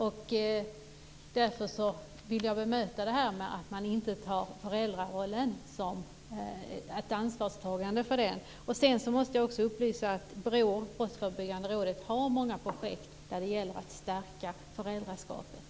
Jag vill alltså bemöta påståendet att man inte tar ansvar för föräldrarollen. Jag måste också lämna den upplysningen att Brottsförebyggande rådet, BRÅ, har många projekt för att stärka föräldraskapet.